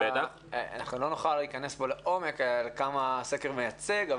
אנחנו לא נוכל להיכנס פה לעומק, לכמה הסקר מייצג.